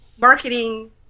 marketing